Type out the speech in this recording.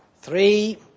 three